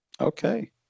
Okay